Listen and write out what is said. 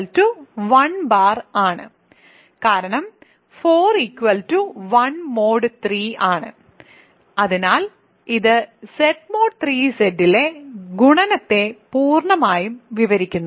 241 ആണ് കാരണം 41 mod 3 ആണ് അതിനാൽ ഇത് Z mod 3Z ലെ ഗുണനത്തെ പൂർണ്ണമായും വിവരിക്കുന്നു